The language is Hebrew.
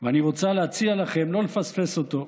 ואני רוצה להציע לכם לא לפספס אותו.